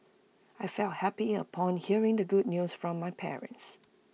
I felt happy upon hearing the good news from my parents